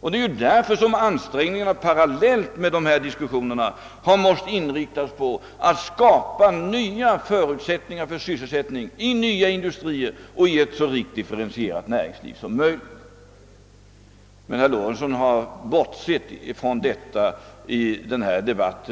Därför har ansträngningarna, parallellt med dessa diskussioner, måst inriktas på att skapa förutsättningar för sysselsättning i nya industrier och i ett så rikt differentierat näringsliv som möjligt. Men herr Lorentzon har bortsett från dessa förhållanden i denna debatt.